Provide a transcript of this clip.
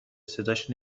صداش